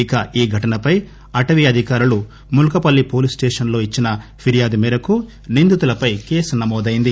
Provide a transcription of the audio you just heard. ఇక ఈ ఘటనపై అటవి అధికారులు ములకలపల్లి పోలీస్ స్టేషన్ లో ఇచ్చిన ఫిర్యాదు మేరకు నిందితులపై కేసు నమోదైంది